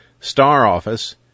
StarOffice